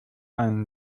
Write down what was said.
einen